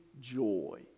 joy